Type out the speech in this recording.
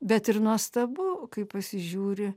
bet ir nuostabu kai pasižiūri